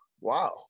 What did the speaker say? wow